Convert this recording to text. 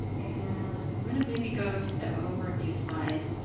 and i'm gonna maybe go to the overview slide,